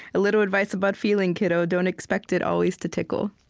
a little advice about feeling, kiddo. don't expect it always to tickle.